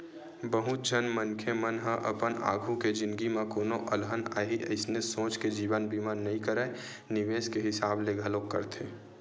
बहुत झन मनखे मन ह अपन आघु के जिनगी म कोनो अलहन आही अइसने सोच के जीवन बीमा नइ कारय निवेस के हिसाब ले घलोक करथे